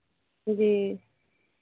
जी